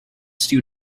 stew